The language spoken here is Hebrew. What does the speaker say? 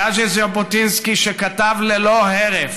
היה זה ז'בוטינסקי שכתב ללא הרף